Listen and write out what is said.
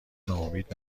ناامید